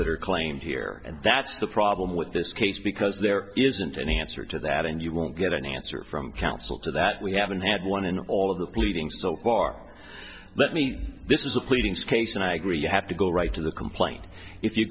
that are claimed here and that's the problem with this case because there isn't an answer to that and you won't get an answer from counsel to that we haven't had one in all of the pleadings so far let me this is a pleadings case and i agree you have to go right to the complaint if you